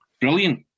brilliant